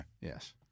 Yes